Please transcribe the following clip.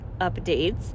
updates